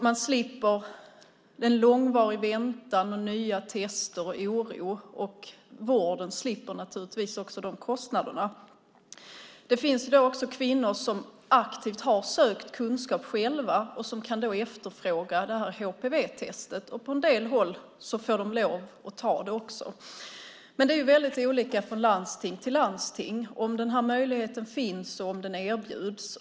Man slipper en långvarig väntan, nya tester och oro. Vården slipper naturligtvis också de kostnaderna. Det finns i dag kvinnor som aktivt har sökt kunskap själva och som kan efterfråga HPV-testet. På en del håll får de lov att ta det. Men det är väldigt olika från landsting till landsting om möjligheten finns och om den erbjuds.